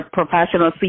professional